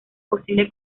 posible